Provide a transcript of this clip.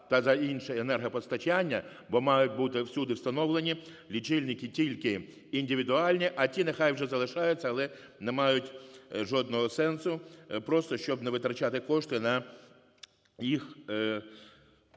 за інше енергопостачання, бо мають бути всюди встановлені лічильники тільки індивідуальні, а ті нехай вже залишаються, але не мають жодного сенсу, просто щоб не витрачати кошти на їх